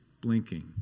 blinking